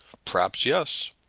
perhaps yes.